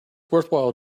worthwhile